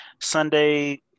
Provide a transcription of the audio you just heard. Sunday